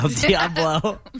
Diablo